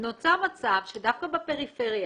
נוצר מצב שדווקא בפריפריה,